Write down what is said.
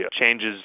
changes